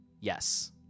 yes